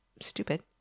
stupid